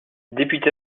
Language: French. début